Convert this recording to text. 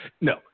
No